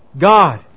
God